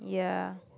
ya